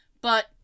But-